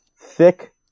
thick